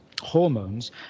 hormones